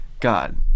God